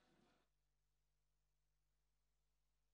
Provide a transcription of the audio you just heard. האחרונות, יעשו הכול כדי שהסטודנטים לא יהיו